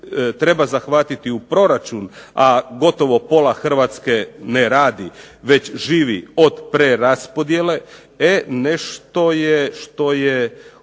treba zahvatiti u proračun, a gotovo pola Hrvatske ne radi već živi od preraspodjele e nešto što je